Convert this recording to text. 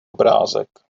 obrázek